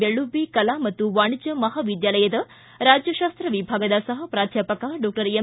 ಬೆಳ್ಳುಬ್ಲಿ ಕಲಾ ಮತ್ತು ವಾಣಿಜ್ಯ ಮಹಾವಿದ್ದಾಲಯದ ರಾಜ್ಯಶಾಸ್ತ ವಿಭಾಗದ ಸಹ ಪ್ರಾಧ್ವಾಪಕ ಡಾಕ್ಷರ್ ಎಂ